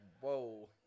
Whoa